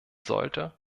sollte